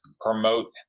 promote